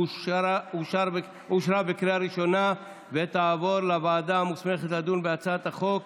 אושרה בקריאה הראשונה ותעבור לוועדה המוסמכת לדון בהצעת החוק,